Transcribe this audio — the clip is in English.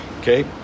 Okay